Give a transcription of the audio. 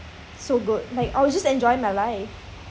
so good like I will just enjoy my life